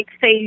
say